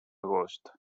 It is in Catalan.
agost